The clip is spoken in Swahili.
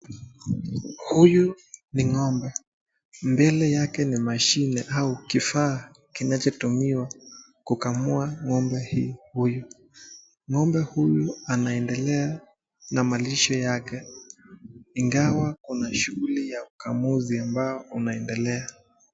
Huyu ni ng'ombe. Mbele yake ni mashine ama kifaa kinachotumiwa kukamua ng'ombe hii, huyu. Ng'ombe huyu anaendelea na malisho yake, ingawa kuna shughuli ya ukamuzi ambao unaendelea.